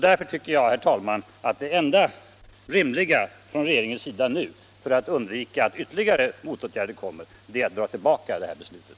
Därför tycker jag, herr talman, att det enda rimliga från regeringens sida är att — för att undvika ytterligare motåtgärder — dra tillbaka beslutet.